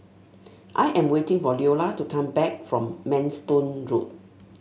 I am waiting for Leola to come back from Manston Road